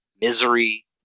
misery